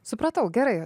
supratau gerai